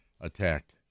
attacked